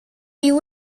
you